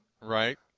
right